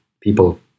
people